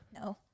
No